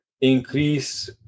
increase